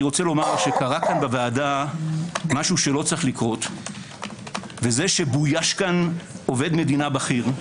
קרה פה בוועדה משהו שלא צריך לקרות וזה שבויש פה עובד מדינה בכיר.